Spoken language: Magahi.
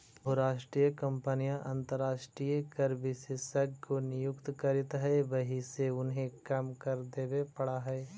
बहुराष्ट्रीय कंपनियां अंतरराष्ट्रीय कर विशेषज्ञ को नियुक्त करित हई वहिसे उन्हें कम कर देवे पड़ा है